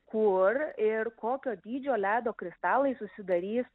kur ir kokio dydžio ledo kristalai susidarys